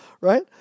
right